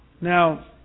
Now